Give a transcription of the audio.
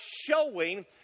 showing